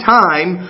time